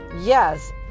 yes